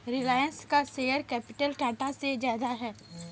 रिलायंस का share capital Tata से ज्यादा है